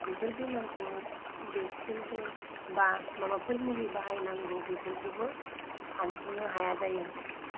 बेफोर बेमारखौ भेक्सिनफोर बा माबाफोर मुलि बाहायनांगौ बेफोरखौबो सानस्रनो हाया जायो